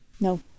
No